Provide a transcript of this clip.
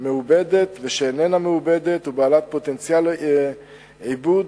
מעובדת ושאינה מעובדת ובעלת פוטנציאל עיבוד,